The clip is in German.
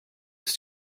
ist